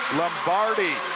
lombardi,